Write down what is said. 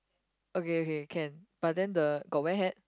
okay okay can but then the got wear hat